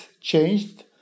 changed